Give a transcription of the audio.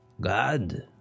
god